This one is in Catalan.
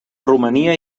romania